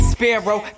Sparrow